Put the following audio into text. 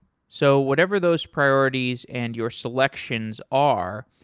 so whatever those priorities and your selections are,